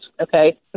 okay